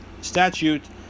statute